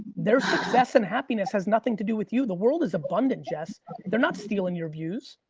their success and happiness has nothing to do with you. the world is abundant, jess. they're not stealing your views.